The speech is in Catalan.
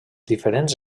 diferents